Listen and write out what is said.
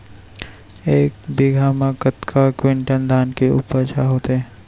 एक बीघा म कतका क्विंटल धान के उपज ह होथे?